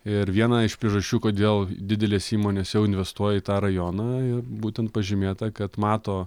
ir viena iš priežasčių kodėl didelės įmonės jau investuoja į tą rajoną ir būtent pažymėta kad mato